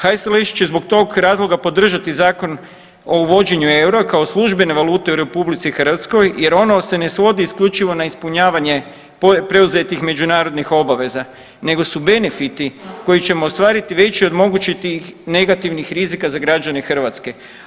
HSLS će zbog tog razloga podržati Zakon o uvođenju eura kao službene valute u Republici Hrvatskoj jer ono se ne svodi isključivo na ispunjavanje preuzetih međunarodnih obaveza, nego su benefiti koje ćemo ostvariti veći od mogućih negativnih rizika za građane Hrvatske.